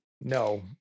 No